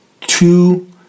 two